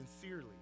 sincerely